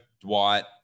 Dwight